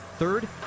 Third